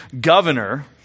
governor